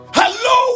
hello